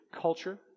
culture